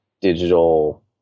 digital